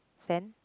sand